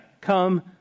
Come